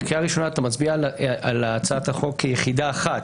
בקריאה ראשונה אתה מצביע על הצעת החוק כיחידה אחת,